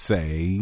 Say